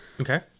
Okay